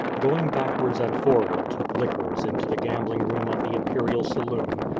going backwards and forwards with liquors into the gambling room of the imperial saloon,